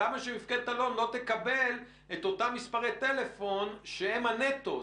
למה שמפקדת אלון לא תקבל את אותם מספרי טלפון שהם הנטו?